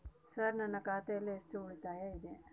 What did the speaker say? Sir ನನ್ನ ಖಾತೆಯಲ್ಲಿ ಎಷ್ಟು ಉಳಿತಾಯ ಇದೆ?